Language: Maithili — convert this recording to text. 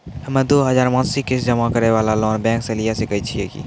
हम्मय दो हजार मासिक किस्त जमा करे वाला लोन बैंक से लिये सकय छियै की?